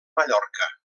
mallorca